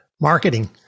Marketing